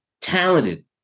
talented